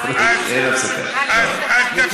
אז תפסיקו,